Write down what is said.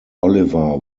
oliver